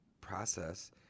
process